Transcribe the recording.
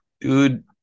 dude